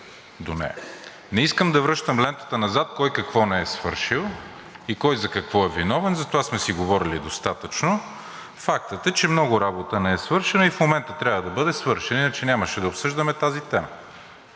Не искам да връщам лентата назад кой какво не е свършил и кой за какво е виновен, за това сме си говорили достатъчно. Фактът е, че много работа не е свършена и в момента трябва да бъде свършена, иначе нямаше да бъде обсъждана тази тема.